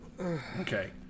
Okay